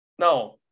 No